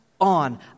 on